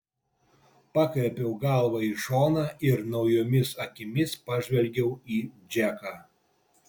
pakreipiau galvą į šoną ir naujomis akimis pažvelgiau į džeką